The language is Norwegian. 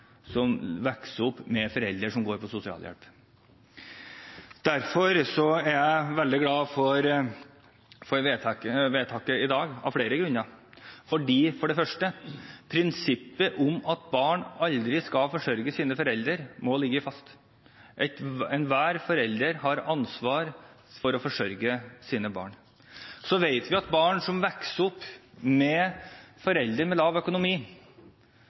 som vokser opp med foreldre som får sosialhjelp. Derfor er jeg veldig glad for vedtaket i dag av flere grunner. For det første: Prinsippet om at barn aldri skal forsørge sine foreldre, må ligge fast. Enhver forelder har ansvar for å forsørge sine barn. Så vet vi at barn som vokser opp med foreldre med dårlig økonomi,